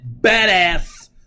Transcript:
badass